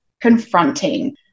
confronting